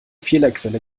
fehlerquelle